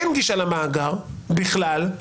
אין גישה למאגר בכלל,